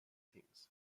things